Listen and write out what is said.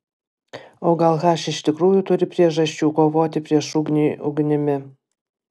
o gal h iš tikrųjų turi priežasčių kovoti prieš ugnį ugnimi